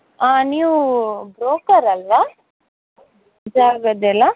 ಹಾಂ ನೀವು ಬ್ರೋಕರ್ ಅಲ್ಲ ಜಾಗದ್ದೆಲ್ಲ